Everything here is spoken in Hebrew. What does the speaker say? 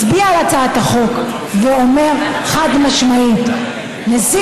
מצביע על הצעת החוק ואומר חד-משמעית: נשיא